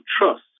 trust